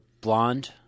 blonde